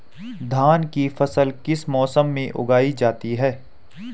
धान की फसल किस मौसम में उगाई जाती है?